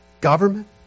government